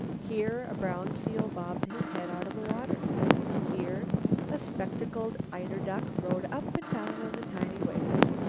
here a brown seal bobbed his head out of the water here a spectacled eiderduck rode up and down on the tiny waves,